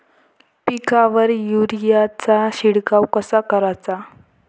पिकावर युरीया चा शिडकाव कसा कराचा?